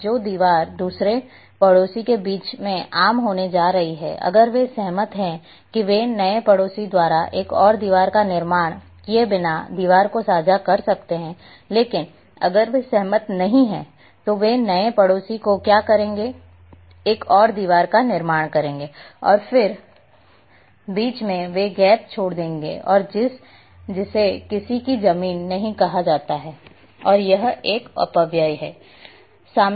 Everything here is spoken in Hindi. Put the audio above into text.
अब जो दीवार दूसरे पड़ोसी के बीच आम होने जा रही है अगर वे सहमत हैं कि वे नए पड़ोसी द्वारा एक और दीवार का निर्माण किए बिना दीवार को साझा कर सकते हैं लेकिन अगर वे सहमत नहीं हैं तो वे नए पड़ोसी का क्या करेंगे एक और दीवार का निर्माण करेंगे और फिर बीच में वे गैप छोड़ देंगे और जिसे किसी की जमीन नहीं कहा जाता है और यह एक अपव्यय है